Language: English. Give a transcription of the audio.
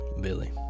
Billy